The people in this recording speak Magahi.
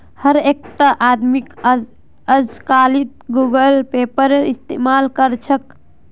हर एकटा आदमीक अजकालित गूगल पेएर इस्तमाल कर छेक